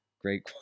Great